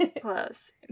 Close